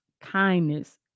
kindness